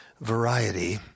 Variety